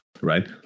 Right